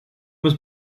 was